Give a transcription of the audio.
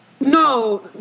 no